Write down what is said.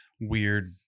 weird